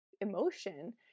emotion